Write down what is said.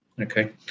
Okay